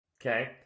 Okay